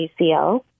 ACL